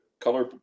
color